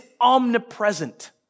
omnipresent